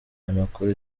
banakora